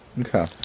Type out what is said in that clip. okay